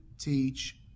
teach